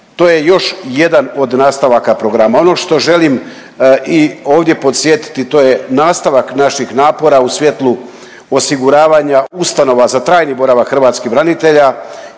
To je još jedan od nastavaka programa. Ono što želim i ovdje podsjetiti to je nastavak naših napora u svjetlu osiguravanja ustanova za trajni boravak hrvatskih branitelja